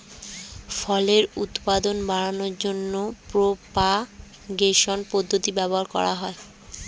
ফলের উৎপাদন বাড়ানোর জন্য প্রোপাগেশন পদ্ধতি ব্যবহার করা হয়